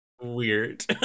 weird